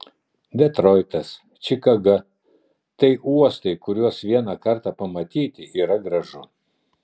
detroitas čikaga tai uostai kuriuos vieną kartą pamatyti yra gražu